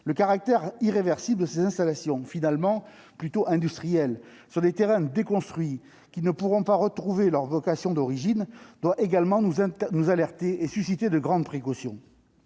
Le caractère irréversible de ces installations, finalement plutôt industrielles, sur des terrains « déconstruits », qui ne pourront retourner à leur vocation d'origine, doit également nous alerter et susciter de grandes précautions.